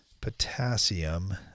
potassium